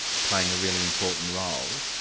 playing a really important role.